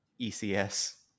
ECS